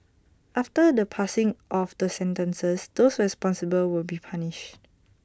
after the passing of the sentences those responsible will be punished